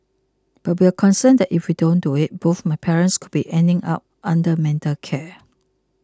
but we're concerned that if we don't do it both my parents could be ending up under mental care